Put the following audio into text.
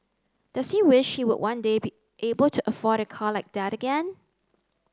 does he wish he would one day be able to afford a car like that again